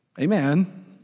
Amen